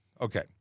Okay